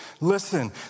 listen